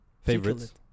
Favorites